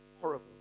horrible